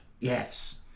Yes